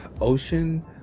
Ocean